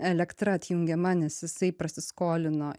elektra atjungiama nes jisai prasiskolino